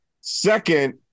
Second